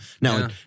Now